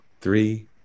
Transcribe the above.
three